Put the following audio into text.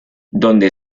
donde